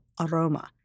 Aroma